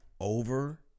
over